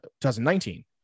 2019